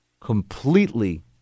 completely